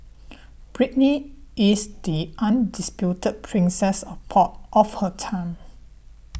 Britney is the undisputed princess of pop of her time